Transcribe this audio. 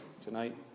tonight